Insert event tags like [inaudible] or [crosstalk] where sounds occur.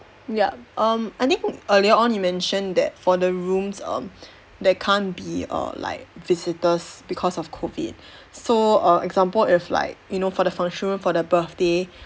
yup um I think earlier on you mentioned that for the rooms um there can't be err like visitors because of COVID [breath] so err example if like you know for the function room for the birthday